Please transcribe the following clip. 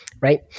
right